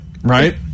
Right